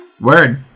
Word